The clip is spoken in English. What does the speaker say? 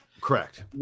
Correct